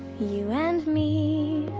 you and me